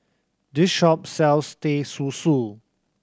this shop sells Teh Susu